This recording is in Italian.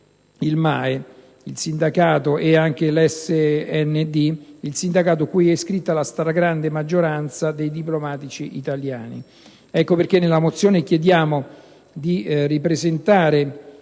come chiede anche il SNDMAE, il sindacato a cui è iscritta la stragrande maggioranza dei diplomatici italiani. Ecco perché nella mozione chiediamo di ripensare